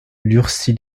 lurcy